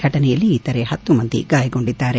ಘಟನೆಯಲ್ಲಿ ಇತರೆ ಹತ್ತು ಮಂದಿ ಗಾಯಗೊಂಡಿದ್ದಾರೆ